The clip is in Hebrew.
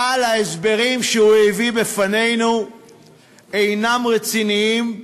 אבל ההסברים שהוא הביא בפנינו אינם רציניים.